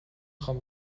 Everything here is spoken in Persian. خوام